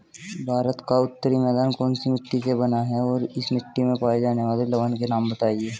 भारत का उत्तरी मैदान कौनसी मिट्टी से बना है और इस मिट्टी में पाए जाने वाले लवण के नाम बताइए?